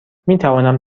میتوانم